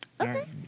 Okay